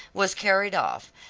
was carried off,